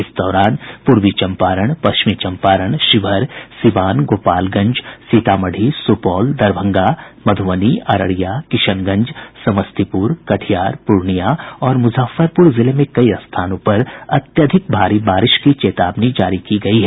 इस दौरान पूर्वी चम्पारण पश्चिमी चंपारण शिवहर सीवान गोपालगंज सीतामढ़ी सुपौल दरभंगा मधुबनी अररिया किशनगंज समस्तीपुर कटिहार पूर्णिया और मुजफ्फरपुर जिले में कई स्थानों पर अत्यधिक भारी बारिश की चेतावनी जारी की गयी है